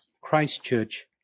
Christchurch